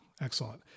excellent